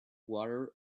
water